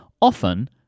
often